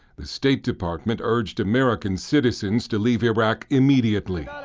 the state department urged american citizens to leave iraq immediately.